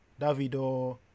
Davido